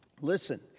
Listen